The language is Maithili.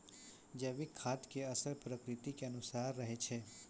जैविक खाद के असर प्रकृति के अनुसारे रहै छै